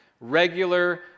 Regular